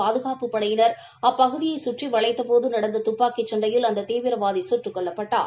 பாதுகாப்புப் படையினர் அப்பகுதியை கற்றி வளைத்தபோது நடந்த துப்பாக்கி சண்டையில் அந்த தீவிரவாதி கட்டுக் கொல்லப்பட்டான்